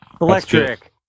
electric